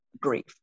grief